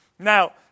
Now